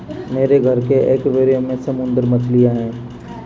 मेरे घर के एक्वैरियम में समुद्री मछलियां हैं